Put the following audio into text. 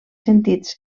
sentits